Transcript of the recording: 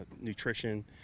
nutrition